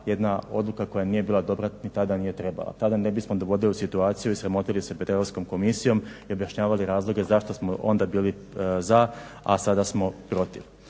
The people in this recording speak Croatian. jedna odluka koja nije bila dobra ni tada nije trebala. Tada ne bismo dovodili u situaciju i sramotili se pred Europskom komisijom i objašnjavali razloge zašto smo onda bili za, a sada smo protiv.